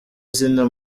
izina